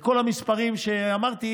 כל המספרים שאמרתי,